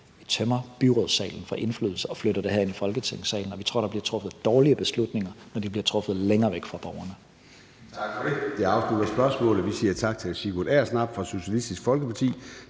og tømmer byrådssalen for indflydelse og flytter det her ind i Folketingssalen. Vi tror, der bliver truffet dårlige beslutninger, når de bliver truffet længere væk fra borgerne. Kl. 13:50 Formanden (Søren Gade): Tak for det. Det afslutter spørgsmålet. Vi siger tak til hr. Sigurd Agersnap, Socialistisk Folkeparti.